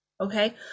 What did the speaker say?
okay